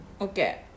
okay